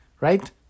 right